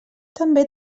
també